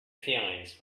feelings